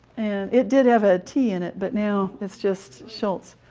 and it did have a t in it, but now it's just schulz.